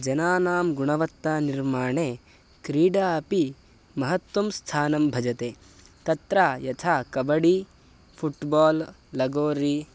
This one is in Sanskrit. जनानां गुणवत्तानिर्माणे क्रीडा अपि महत्वं स्थानं भजते तत्र यथा कबडी फ़ुट्बाल् लगोरि